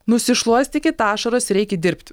nusišluostykit ašaras ir eikit dirbti